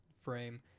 frame